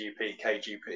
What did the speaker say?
KGP